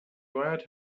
wired